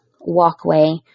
walkway